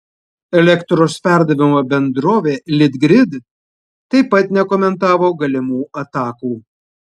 elektros perdavimo bendrovė litgrid taip pat nekomentavo galimų atakų